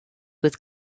with